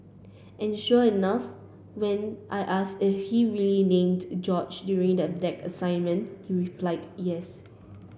and sure enough when I asked if he really named George during the deck assessment he replied yes